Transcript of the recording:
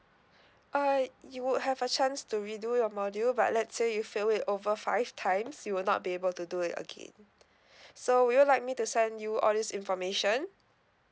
uh you would have a chance to redo your module but let say you fail it over five times you will not be able to do it again so would you like me to send you all this information